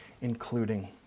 including